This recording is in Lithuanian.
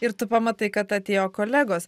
ir tu pamatai kad atėjo kolegos